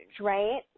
right